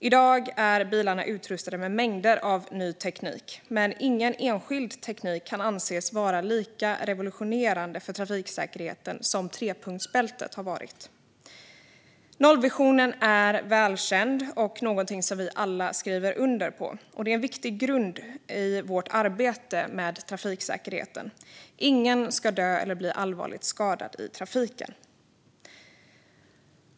I dag är bilarna utrustade med mängder av ny teknik, men ingen enskild teknik kan anses vara lika revolutionerande för trafiksäkerheten som trepunktsbältet. Nollvisionen är välkänd och något vi alla skriver under på. Den är en viktig grund för vårt arbete med trafiksäkerhet. Ingen ska dö eller bli allvarligt skadad i trafiken.